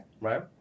Right